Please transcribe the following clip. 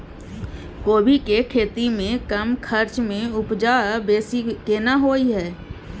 कोबी के खेती में कम खर्च में उपजा बेसी केना होय है?